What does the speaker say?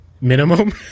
minimum